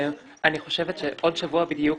אני חושבת שעוד שבוע בדיוק,